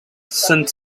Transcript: sent